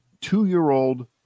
two-year-old